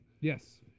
Yes